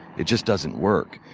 it just doesn't work.